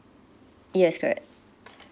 yes correct